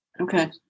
Okay